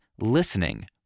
listening